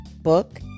book